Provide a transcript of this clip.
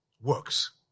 works